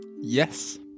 Yes